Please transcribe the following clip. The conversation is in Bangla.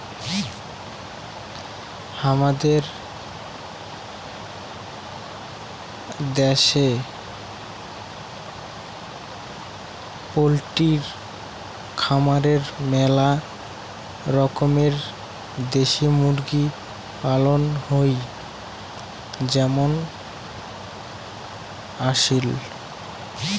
হামাদের দ্যাশে পোলট্রি খামারে মেলা রকমের দেশি মুরগি পালন হই যেমন আসিল